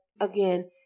again